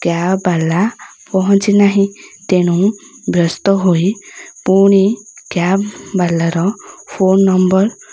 କ୍ୟାବ୍ବାଲା ପହଞ୍ଚିନାହିଁ ତେଣୁ ବ୍ୟସ୍ତ ହୋଇ ପୁଣି କ୍ୟାବ୍ବାଲାର ଫୋନ୍ ନମ୍ବର୍